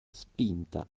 spinta